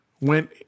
went